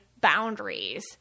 boundaries